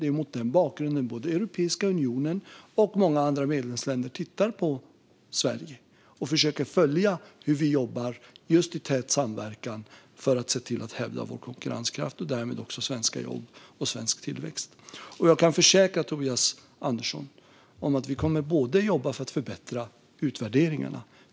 Det är mot den bakgrunden som både Europeiska unionen och många medlemsländer tittar på Sverige och försöker följa hur vi jobbar, just i tät samverkan för att utveckla vår konkurrenskraft och därmed också värna svenska jobb och svensk tillväxt. Jag kan försäkra Tobias Andersson att vi kommer att jobba för att förbättra utvärderingarna.